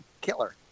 killer